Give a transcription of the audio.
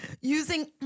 Using